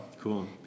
Cool